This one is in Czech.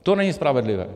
To není spravedlivé.